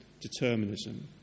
determinism